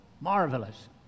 marvelous